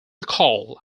call